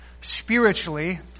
spiritually